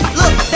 look